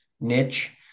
niche